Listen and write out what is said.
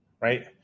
right